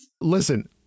Listen